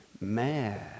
mad